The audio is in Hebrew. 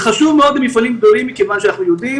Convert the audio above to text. זה חשוב מאוד למפעלים גדולים מכיוון שאנחנו יודעים